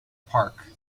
park